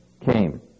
came